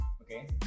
okay